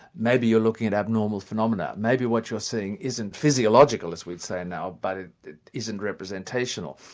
maybe you're looking at abnormal phenomena, maybe what you're seeing isn't physiological as we'd say now, but it isn't representational.